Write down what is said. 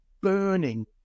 burning